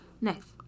Next